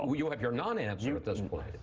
you have your nonanswer. it doesn't work.